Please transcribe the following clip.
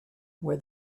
where